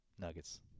Nuggets